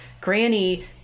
Granny